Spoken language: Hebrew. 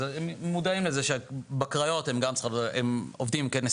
אז מודעים לזה שבקריות הם עובדים כנס